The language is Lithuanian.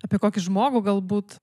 apie kokį žmogų galbūt